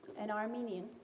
an armenian.